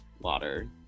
water